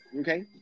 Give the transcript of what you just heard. Okay